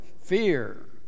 fear